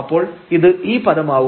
അപ്പോൾ ഇത് ഈ പദമാവും